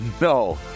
no